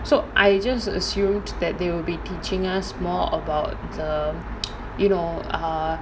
so I just assumed that they will be teaching us more about the you know err